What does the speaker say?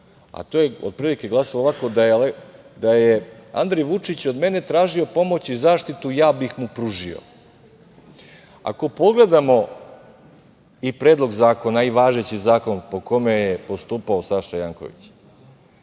a to je otprilike glasilo ovako – da je Andrej Vučić od mene tražio pomoć i zaštitu ja bih mu pružio. Ako pogledamo i Predlog zakona i važeći zakon po kome je postupao Saša Janković,